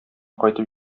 кайтып